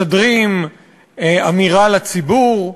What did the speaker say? משדרים אמירה לציבור.